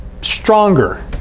Stronger